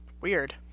Weird